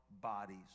bodies